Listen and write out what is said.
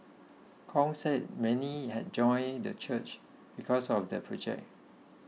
Kong said many had joined the church because of the project